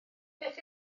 beth